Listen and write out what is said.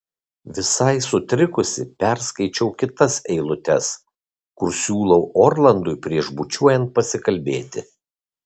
visai sutrikusi perskaičiau kitas eilutes kur siūlau orlandui prieš bučiuojant pasikalbėti